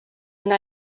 una